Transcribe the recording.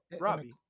Robbie